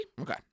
Okay